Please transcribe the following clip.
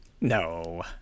No